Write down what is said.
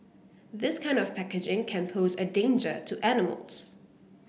this kind of packaging can pose a danger to animals